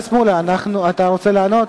אתה רוצה לענות?